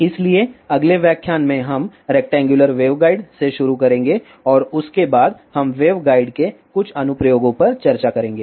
इसलिए अगले व्याख्यान में हम रेक्टेंगुलर वेवगाइड से शुरू करेंगे और उसके बाद हम वेवगाइड के कुछ अनुप्रयोगों पर चर्चा करेंगे